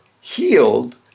healed